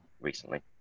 recently